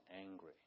angry